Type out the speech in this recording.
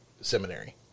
seminary